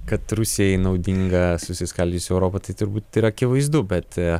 kad rusijai naudinga susiskaldžiusi europa tai turbūt yra akivaizdu bet